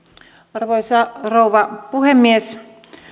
arvoisa rouva puhemies